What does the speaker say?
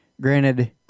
Granted